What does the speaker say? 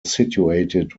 situated